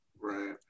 right